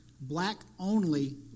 black-only